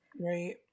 right